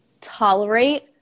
tolerate